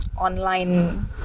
online